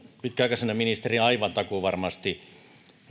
pitkäaikaisena ministerinä aivan takuuvarmasti